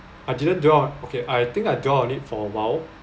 I didn't dwell okay I think I dwelled on it for a while